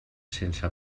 sense